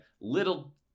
Little